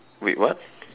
wait what